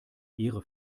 ehre